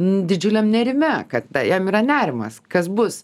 didžiuliam nerime kad jam yra nerimas kas bus